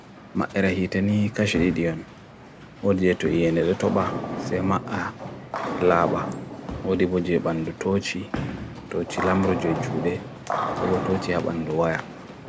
Makirahitani kashiridion, odye to ien elutoba se ma'a laba, odye bojye bandu tochi, tochi lamruje jude, ko bo tochi ha bandua ya.